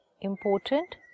important